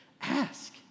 ask